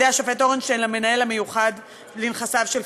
אורנשטיין למנהל המיוחד לנכסיו של פישמן.